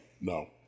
No